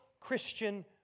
Christian